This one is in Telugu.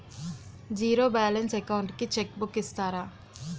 జీరో బాలన్స్ అకౌంట్ కి చెక్ బుక్ ఇస్తారా?